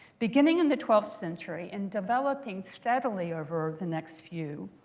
beginning in the twelfth century and developing steadily over the next few,